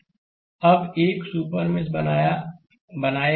slide समय देखें 2119 अब एक सुपर मेष बनाएगा